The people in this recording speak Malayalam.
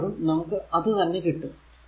അപ്പോഴും നമുക്ക് അത് തന്നെ കിട്ടും